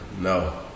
No